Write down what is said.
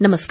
नमस्कार